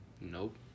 Nope